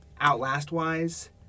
Outlast-wise